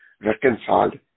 reconciled